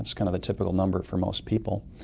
that's kind of the typical number for most people,